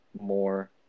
more